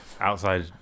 outside